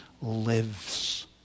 lives